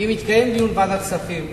אם יתקיים דיון בוועדת הכספים,